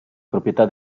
proprietà